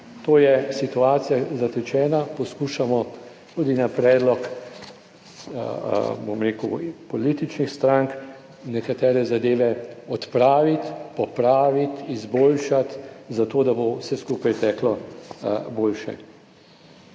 to je situacija zatečena, poskušamo tudi na predlog, bom rekel političnih strank, nekatere zadeve odpraviti, popraviti, izboljšati zato, da bo vse skupaj teklo boljše.